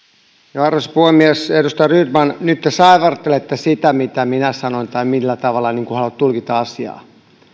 arvoisa puhemies edustaja rydman nyt te saivartelette siitä mitä minä sanoin tai millä tavalla haluatte tulkita asiaa